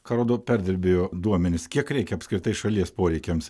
ką rodo perdirbėjo duomenys kiek reikia apskritai šalies poreikiams